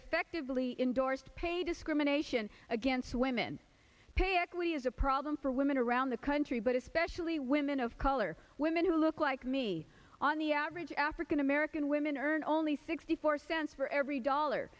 effectively indorsed pay discrimination against women pay equity is a problem for women around the country but especially women of color women who look like me on the average african american women earn only sixty four cents for every dollar